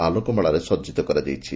ଆଲୋକମାଳରେ ସଜିତ କରାଯାଇଛି